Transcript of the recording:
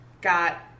got